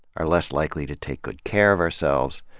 are less likely to take good care of ourselves.